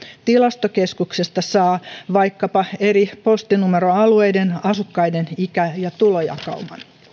tilastokeskuksesta saa vaikkapa eri postinumeroalueiden asukkaiden ikä ja tulojakauman